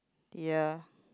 ya